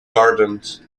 gardens